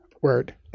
Word